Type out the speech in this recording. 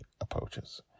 approaches